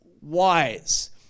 wise